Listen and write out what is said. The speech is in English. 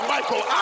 Michael